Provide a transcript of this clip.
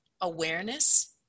awareness